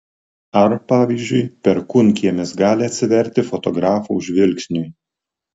ar pavyzdžiui perkūnkiemis gali atsiverti fotografo žvilgsniui